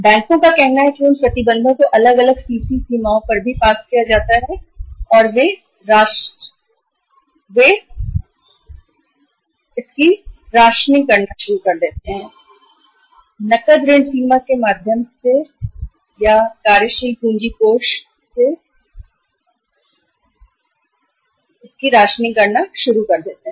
बैंकों का कहना है कि उन प्रतिबंधों को अलग अलग सीसी सीमाओं पर भी पास किया जाता है और वे ऋण की या कार्यशील पूंजी कोष की या नकद ऋण सीमा के माध्यम से विभिन्न निर्माताओं को प्रदान की गई धनराशि की राशनिंग करना शुरू कर देते हैं